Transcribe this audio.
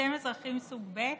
אתם אזרחים סוג ב'?